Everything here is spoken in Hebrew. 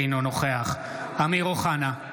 אינו נוכח אמיר אוחנה,